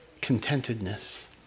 contentedness